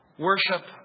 Worship